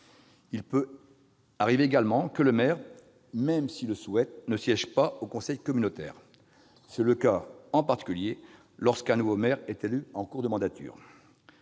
Il peut également arriver que le maire, même s'il le souhaite, ne siège pas au conseil communautaire. C'est le cas, en particulier, lorsqu'un nouveau maire est élu en cours de mandature.